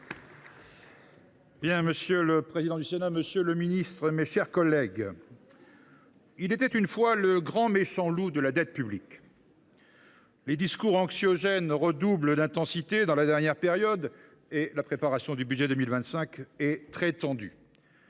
Bocquet. Monsieur le président, monsieur le ministre, mes chers collègues, il était une fois le grand méchant loup de la dette publique. Les discours anxiogènes redoublent d’intensité dans la période récente et la préparation du budget 2025 est très tendue.